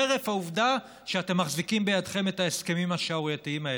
חרף העובדה שאתם מחזיקים בידכם את ההסכמים השערורייתיים האלה.